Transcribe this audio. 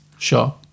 Sure